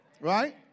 Right